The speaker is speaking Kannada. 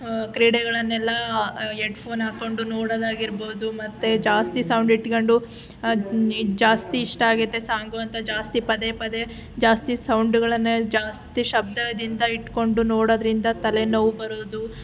ಕ್ರೀಡೆಗಳನ್ನೆಲ್ಲ ಎಡ್ಫೋನ್ ಹಾಕ್ಕೊಂಡು ನೋಡೋದಾಗಿರ್ಬೋದು ಮತ್ತೆ ಜಾಸ್ತಿ ಸೌಂಡ್ ಇಟ್ಕೊಂಡು ಜಾಸ್ತಿ ಇಷ್ಟಾಗುತ್ತೆ ಸಾಂಗು ಅಂತ ಜಾಸ್ತಿ ಪದೇ ಪದೇ ಜಾಸ್ತಿ ಸೌಂಡುಗಳನ್ನು ಜಾಸ್ತಿ ಶಬ್ದದಿಂದ ಇಟ್ಕೊಂಡು ನೋಡೋದರಿಂದ ತಲೆನೋವು ಬರೋದು